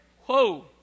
Whoa